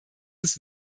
des